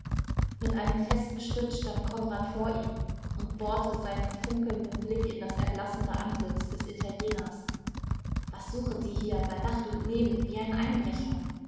mit einem festen schritt stand konrad vor ihm und bohrte seinen funkelnden blick in das erblassende antlitz des italieners was suchen sie hier bei nacht und nebel wie ein einbrecher